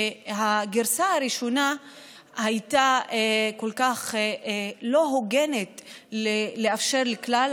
שהגרסה הראשונה הייתה כל כך לא הוגנת באפשרות של כלל